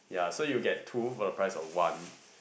yeah so you get two for the price of one